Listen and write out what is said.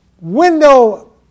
window